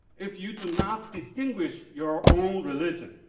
if you do not distinguish your own religion,